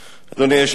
אדוני היושב-ראש,